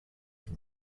from